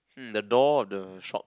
mm the door the shop